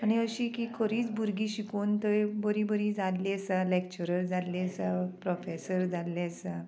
आनी अशी की खरीच भुरगीं शिकून थंय बरीं बरीं जाल्लीं आसा लॅक्चरर जाल्लीं आसा प्रोफेसर जाल्लीं आसा